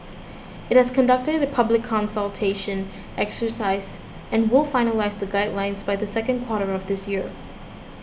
it has conducted a public consultation exercise and will finalise the guidelines by the second quarter of this year